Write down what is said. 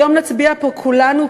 היום נצביע פה כולנו פה-אחד,